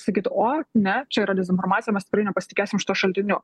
sakyt o ne čia yra dezinformacija mes tikrai nepasitikėsim šituo šaltiniu